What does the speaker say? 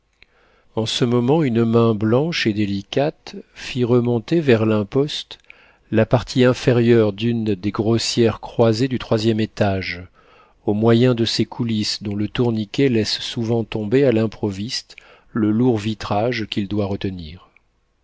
en ce moment une main blanche et délicate fit remonter vers l'imposte la partie inférieure d'une des grossières croisées du troisième étage au moyen de ces coulisses dont le tourniquet laisse souvent tomber à l'improviste le lourd vitrage qu'il doit retenir